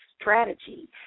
Strategy